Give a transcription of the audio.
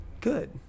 Good